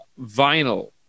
vinyl